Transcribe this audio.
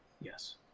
Yes